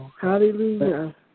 Hallelujah